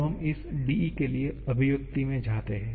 अब हम इस dE के लिए अभिव्यक्ति में जाते हैं